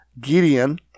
Gideon